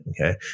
Okay